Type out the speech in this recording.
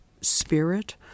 spirit